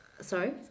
sorry